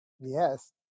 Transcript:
Yes